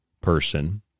person